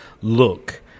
look